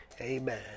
Amen